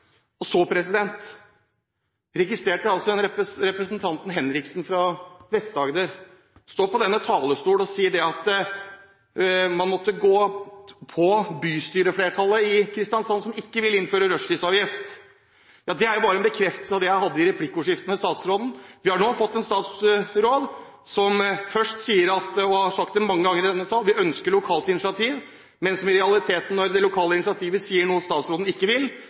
Jeg registrerte at representanten Henriksen fra Vest-Agder sto på denne talerstol og sa at man måtte gå på bystyreflertallet i Kristiansand, som ikke vil innføre rushtidsavgift. Ja – det er bare en bekreftelse av det jeg sa i replikkordskiftet med statsråden. Vi har nå fått en statsråd som først sier – og som har sagt mange ganger i denne sal – at hun ønsker lokalt initiativ. Men i realiteten – når det lokale initiativet sier noe statsråden ikke vil